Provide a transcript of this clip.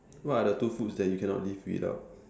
what are the two foods that you cannot live without